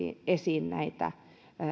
esiin näitä